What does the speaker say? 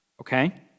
Okay